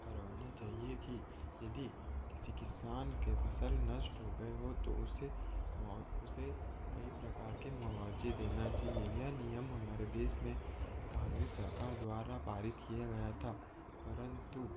करवाना चाहिए कि यदि किसी किसान के फसल नष्ट हो गए हों तो उसे उसे कई प्रकार के मुआवजे देना चाहिए यह नियम हमारे देश में कांग्रेस सरकार द्वारा पारित किया गया था परंतु